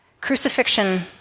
crucifixion